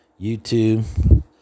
YouTube